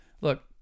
look